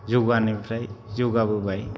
जौगानायनिफ्राय जौगाबोबाय